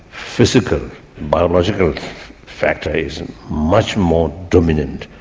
physically, the biological factor is and much more dominant.